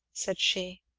said she.